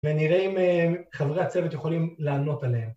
‫ונראה אם חברי הצוות ‫יכולים לענות עליהם.